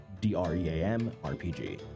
D-R-E-A-M-R-P-G